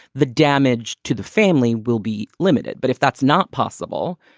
the damage to the family will be limited. but if that's not possible,